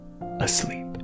asleep